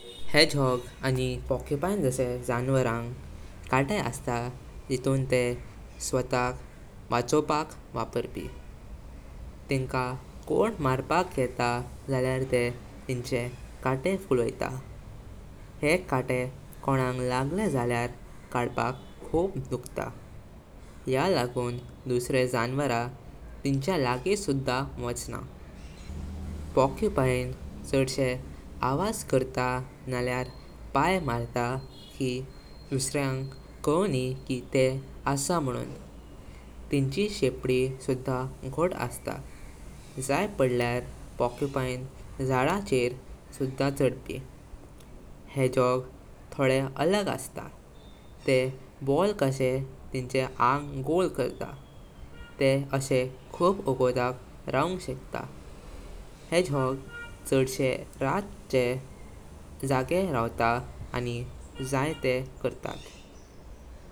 Hedgehog आणि porcupine जश्ये जनावरांग कट्टे असता जिथून तेह स्वताक वाचोवपाक वापरपी। तिंका कोण मारपाक येता जाल्यार तेह तिंचे कट्टे फुलोइता। हे कट्टे कोणांग लागले जाल्यार काडपाक खूप दुखता। या लागुन दुसरे जनावर तिंचा लागी सुद्धा वाचना। पोरक्युपाइन चश्ये आवाज करता नालयार पाई मारता की दुसऱ्यांग करूनि की तेह असा म्हणून। तिंचे शेपडी सुद्धा घोट असता, जाय पडल्यार पोरक्युपाइन जाडा चेर सुद्धा चडपी। हेजहॉग थोडे अलग असतात। तेह बोल कश्ये तिंचे आंग गोल करता। तेह अशे खूप वगोत रवुंग शकता। हेजहॉग चडशे रातचे जागे रवता आणि जाय तेह करता।